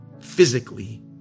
physically